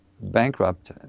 bankrupt